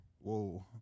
Whoa